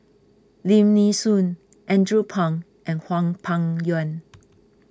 Lim Nee Soon Andrew Phang and Hwang Peng Yuan